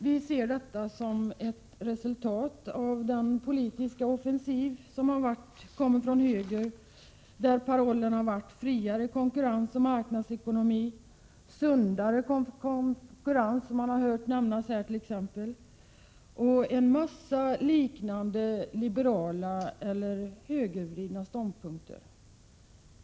Vi ser detta som ett resultat av den politiska offensiv som kommer från höger. Parollen har varit friare konkurrens, marknadsekonomi och sundare konkurrens, som man t.ex. har hörts nämnas här, samt en mängd liknande liberala eller högervridna ståndpunkter.